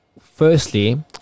firstly